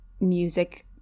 music